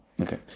Okay